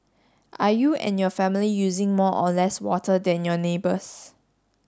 are you and your family using more or less water than your neighbours